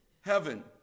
heaven